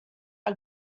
are